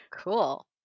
Cool